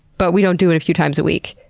but we don't do it a few times a week.